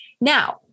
Now